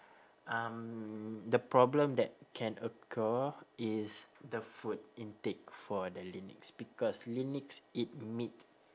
um the problem that can occur is the food intake for the lynx because lynx eat meat